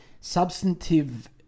Substantive